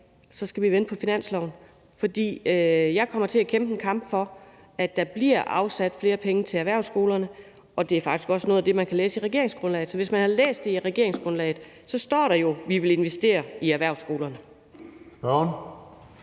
så skal vi vente på finansloven, for jeg kommer til at kæmpe en kamp for, at der bliver afsat flere penge til erhvervsskolerne. Det er faktisk også noget af det, man kan læse i regeringsgrundlaget, for hvis man har læst regeringsgrundlaget, står der jo, at vi vil investere i erhvervsskolerne.